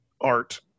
art